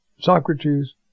Socrates